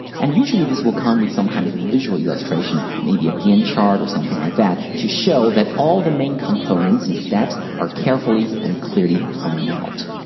and usually this will come with some kind of illustration, maybe a gantt chart or something like that, to show that all the main components and steps are carefully and clearly planned out.